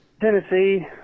Tennessee